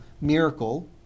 miracle